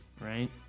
right